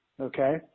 Okay